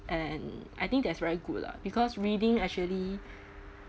and I think that's very good lah because reading actually